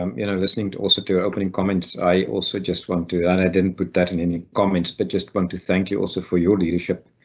um you know, listening to also do opening comments. i also just want to and i didn't put that in any comments, but just want to thank you also for your leadership.